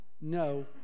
no